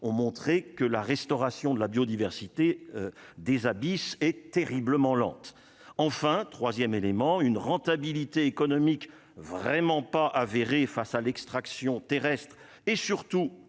ont montré que la restauration de la biodiversité des abysses et terriblement lente enfin 3ème élément une rentabilité économique vraiment pas avéré face à l'extraction terrestre et surtout